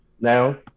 Now